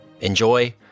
Enjoy